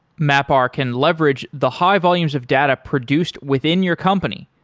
mapr can leverage the high volumes of data produced within your company.